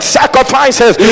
sacrifices